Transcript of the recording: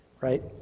right